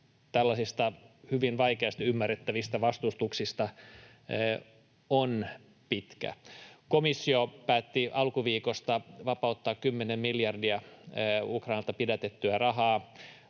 tällaisista hyvin vaikeasti ymmärrettävistä vastustuksista on pitkä. Komissio päätti alkuviikosta vapauttaa kymmenen miljardia Unkarilta pidätettyä rahaa.